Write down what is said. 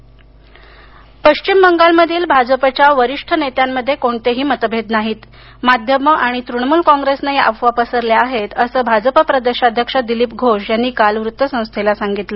बंगाल भाजपा पश्चिम बंगालमधील भाजपच्या वरिष्ठ नेत्यांमध्ये कोणतेही मतभेद नाहीत माध्यम आणि तृणमूल कोंग्रेसनं या अफवा पसरवल्या आहेत असं भाजप प्रदेशाध्यक्ष दिलीप घोष यांनी काल वृत्तसंस्थेला सांगितलं